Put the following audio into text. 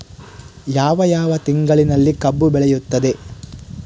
ಯಾವ ಯಾವ ತಿಂಗಳಿನಲ್ಲಿ ಕಬ್ಬು ಬೆಳೆಯುತ್ತದೆ?